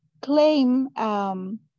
claim